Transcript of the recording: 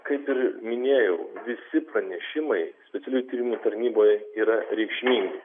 kaip ir minėjau visi pranešimai specialiųjų tyrimų tarnybai yra reikšmingi